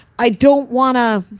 i don't want to.